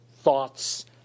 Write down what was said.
thoughts